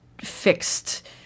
fixed